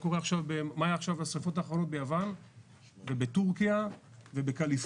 מה היה עכשיו בשריפות האחרונות ביוון ובטורקיה ובקליפורניה.